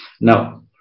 Now